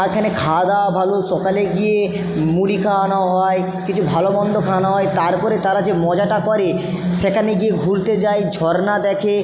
এখানে খাওয়া দাওয়া ভালো সকালে গিয়ে মুড়ি খাওয়ানো হয় কিছু ভালোমন্দ খাওয়ানো হয় তার পরে তারা যে মজাটা করে সেখানে গিয়ে ঘুরতে যায় ঝরনা দেখে